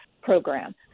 program